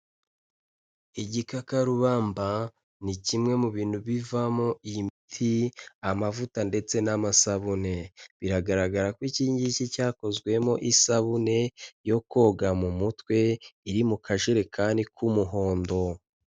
Igikakarubamba ni kimwe mu bintu bivamo imiti, amavuta ndetse n'amasabune. Biragaragara ko iki ngiki cyakozwemo isabune yo koga mu mutwe iri mu kajerekani k'umuhondo.